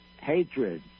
hatred